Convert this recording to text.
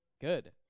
Good